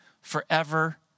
forever